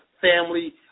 family